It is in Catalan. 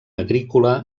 agrícola